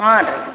ಹಾಂ ರೀ